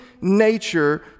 nature